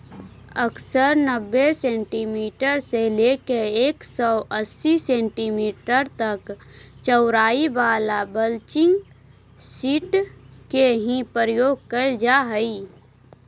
अक्सर नब्बे सेंटीमीटर से लेके एक सौ अस्सी सेंटीमीटर तक चौड़ाई वाला मल्चिंग सीट के ही प्रयोग कैल जा हई